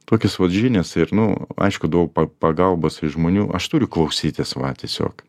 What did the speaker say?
tokios vot žinios ir nu aišku daug pa pagalbos iš žmonių aš turiu klausytis va tiesiog